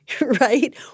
right